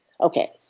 Okay